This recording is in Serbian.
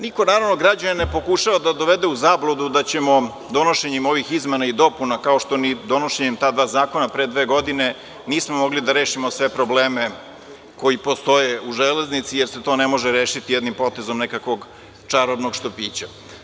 Naravno da niko građane ne pokušava da dovede u zabludu da ćemo donošenjem ovih izmena i dopuna sve rešiti, kao što ni donošenjem ta dva zakona pre dve godine nismo mogli da rešimo sve probleme koji postoje u železnici, jer se to ne može rešiti jednim potezom nekakvog čarobnog štapića.